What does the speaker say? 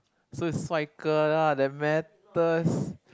so is like lah that matters